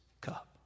cup